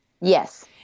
Yes